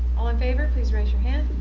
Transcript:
all in favor please raise your hand.